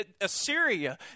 Assyria